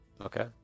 Okay